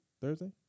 Thursday